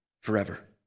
forever